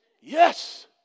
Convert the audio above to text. Yes